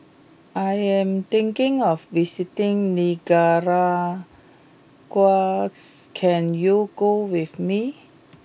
I am thinking of visiting Nicaragua can you go with me